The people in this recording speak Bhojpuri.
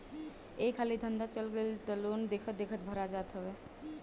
एक हाली धंधा चल गईल तअ लोन तअ देखते देखत भरा जात हवे